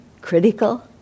critical